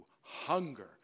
hunger